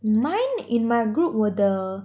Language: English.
mine in my group were the